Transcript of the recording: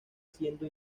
siendo